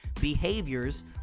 behaviors